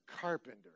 carpenter